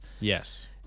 Yes